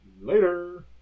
Later